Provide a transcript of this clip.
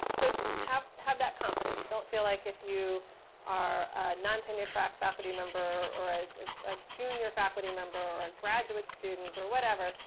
so, have have that confidence. don't feel like if you are a non-tenure track faculty member or a a junior faculty member, or a graduate student, or whatever,